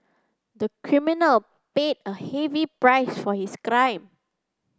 the criminal paid a heavy price for his crime